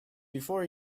before